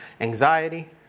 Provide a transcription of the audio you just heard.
anxiety